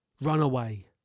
Runaway